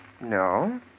No